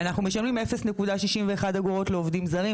אנחנו משלמים 0.61 אגורות לעובדים זרים,